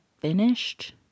finished